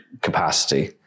capacity